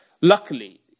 Luckily